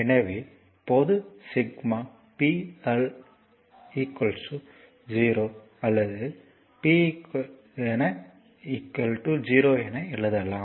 எனவே பொது sigma p அல்லது 0 சிக்மா p 0 என எழுதலாம்